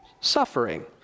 suffering